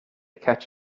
catch